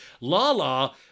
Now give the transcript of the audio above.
Lala